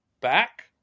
back